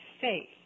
faith